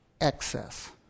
excess